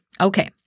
okay